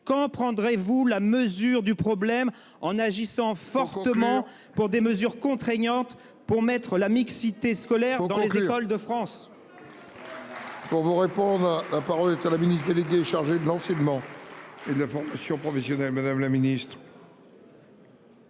Quand prendrez-vous la mesure du problème en agissant fortement pour des mesures contraignantes pour mettre la mixité scolaire dans les écoles de France. Pour vous répondre. La parole est à la ministre déléguée chargée de l'enseignement. Et la formation. Je dirais, Madame la Ministre.